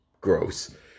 gross